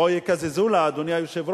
או: יקזזו לה, אדוני היושב-ראש,